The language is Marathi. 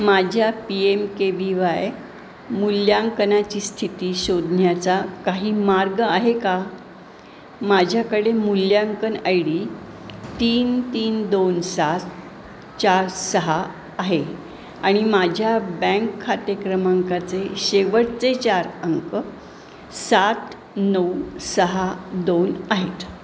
माझ्या P M K B Y मूल्यांकनाची स्थिती शोधण्याचा काही मार्ग आहे का माझ्याकडे मूल्यांकन आय डी तीन तीन दोन सात चार सहा आहे आणि माझ्या बँक खाते क्रमांकाचे शेवटचे चार अंक सात नऊ सहा दोन आहेत